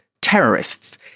terrorists